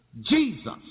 Jesus